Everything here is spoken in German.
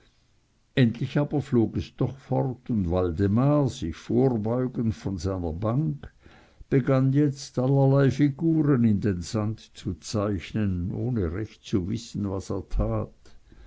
endlich aber flog es doch fort und waldemar sich vorbeugend von seiner bank begann jetzt allerlei figuren in den sand zu zeichnen ohne recht zu wissen was er tat